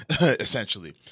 essentially